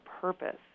purpose